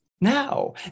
now